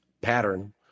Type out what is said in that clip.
pattern